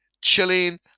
chilling